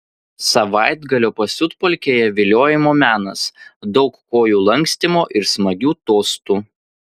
savaitgalio pasiutpolkėje viliojimo menas daug kojų lankstymo ir smagių tostų